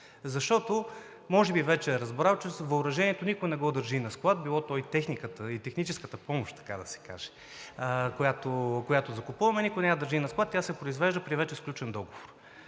Защото може би вече е разбрал, че въоръжението никой не го държи на склад – било то и техниката, и техническата помощ, така да се каже, която закупуваме. Никой не я държи на склад, тя се произвежда при вече сключен договор.